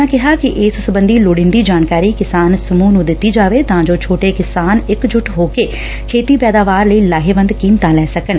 ਉਨ੍ਹਾਂ ਕਿਹਾ ਕਿ ਇਸ ਸਬੰਧੀ ਲੋੜੀਦੀ ਜਾਣਕਾਰੀ ਕਿਸਾਨ ਸਮੁਹ ਨੂੰ ਦਿੱਡੀ ਜਾਵੇ ਤਾਂ ਜੋ ਛੋਟੇ ਕਿਸਾਨ ਇੱਕ ਜੁੱਟ ਹੋ ਕੇ ਖੇਤੀ ਪੈਦਾਵਾਰ ਲਈ ਲਾਹੇਵੰਦ ਕੀਮਤਾਂ ਲੈ ਸਕਣ